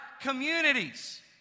communities